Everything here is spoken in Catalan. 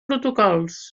protocols